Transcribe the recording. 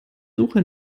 suche